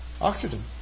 oxygen